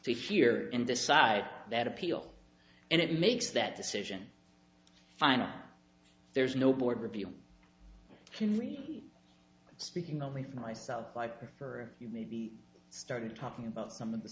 fear and decide that appeal and it makes that decision final there's no border but you can read speaking only for myself i prefer you maybe started talking about some of the